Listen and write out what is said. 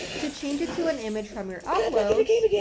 to change it to an image from your uploads,